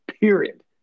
period